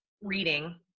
reading